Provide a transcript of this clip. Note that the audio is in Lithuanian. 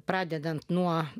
pradedant nuo